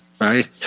right